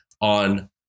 on